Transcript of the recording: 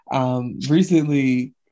Recently